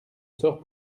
sors